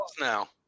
now